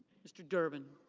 mr. durbin.